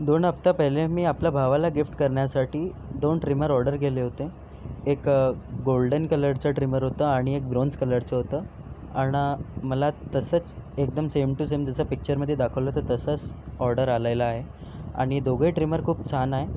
दोन हफ्ता पहिले मी आपल्या भावाला गिफ्ट करण्यासाठी दोन ट्रिमर ऑर्डर केले होते एक गोल्डन कलरचं ट्रिमर होतं आणि एक ब्रॉंझ कलरचं होतं आणि मला तसंच एकदम सेम टू सेम जसं पिक्चरमध्ये दाखवलं होतं तसंच ऑर्डर आलेलं आहे आणि दोघंही ट्रिमर खूप छान आहे